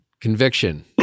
conviction